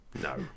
No